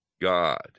God